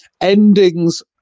endings